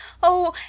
oh,